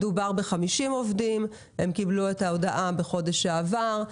מדובר בחמישים עובדים שקיבלו את ההודעה בחודש שעבר.